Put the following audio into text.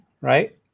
right